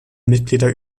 mitglieder